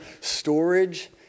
Storage